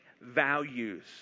values